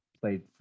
played